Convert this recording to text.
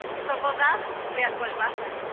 so for that, we are called basa.